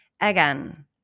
again